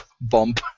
bump